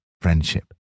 friendship